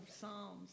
Psalms